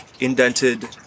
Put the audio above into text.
indented